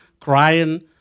crying